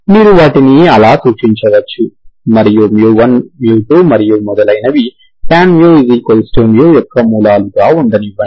మీరు వాటిని అలా సూచించవచ్చు మరియు 1 2 మరియు మొదలైనవి tan μ μ యొక్క మూలాలుగా ఉండనివ్వండి